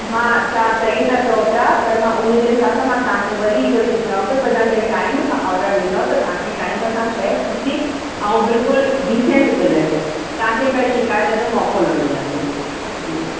मां तव्हां सही था चओ पिया पर मां उन जे हिसाब सां मां तव्हांखे वरी इहो ई थी चवां पई भई असांखे टाइम सां ऑडर ॾींदव त तव्हांखे टाइम सां शइ सुठी ऐं बिल्कुलु डिसेंट मिलंदी तव्हांखे काई शिकायत जो मौको न मिलंदो